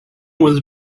was